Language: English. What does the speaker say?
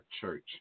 Church